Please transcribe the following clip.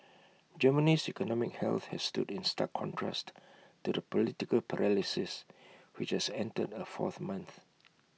Germany's economic health has stood in stark contrast to the political paralysis which has entered A fourth month